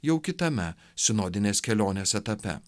jau kitame sinodinės kelionės etape